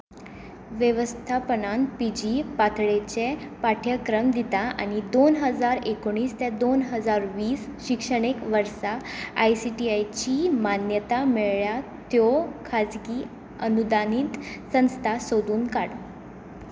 वेवस्थापनान P G पातळेचे पाठ्यक्रम दिता आनी दोन हजार एकुणीस ते दोन हजार वीस शिक्षणीक वर्सा आय सी टी आय ची मान्यता मेळ्ळ्या त्यो खाजगी अनुदानीत संस्था सोदून काड